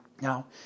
Now